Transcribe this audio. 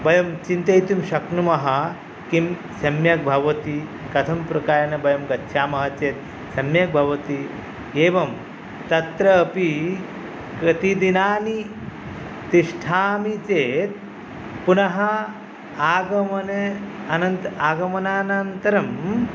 वयं चिन्तयितुं शक्नुमः किं सम्यक् भवति कथं प्रकारेण वयं गच्छामः चेत् सम्यक् भवति एवं तत्रापि कति दिनानि तिष्ठामि चेत् पुनः आगमने अनन्त् आगमनान्तरं